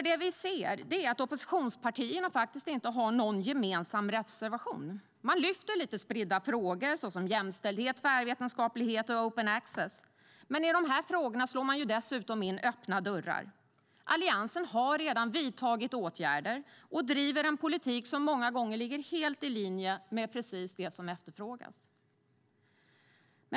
Det vi ser är att oppositionspartierna inte har någon gemensam reservation utan lyfter lite spridda frågor såsom jämställdhet, tvärvetenskaplighet och open access, men i dessa frågor slår man in öppna dörrar. Alliansen har redan vidtagit åtgärder och driver en politik som många gånger ligger helt i linje med det som efterfrågas.